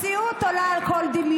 המציאות עולה על כל דמיון.